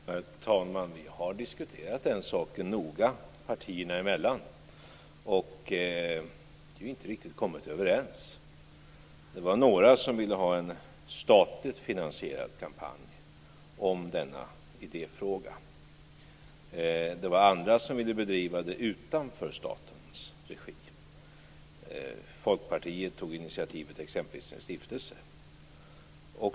Herr talman! Vi har diskuterat den saken noga partierna emellan och inte riktigt kommit överens. Det var några som ville ha en statligt finansierad kampanj om denna idéfråga. Det var andra som ville bedriva det utanför statens regi. Folkpartiet tog exempelvis initiativet till en stiftelse.